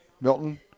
Milton